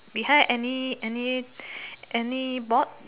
behind any any any board